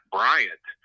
Bryant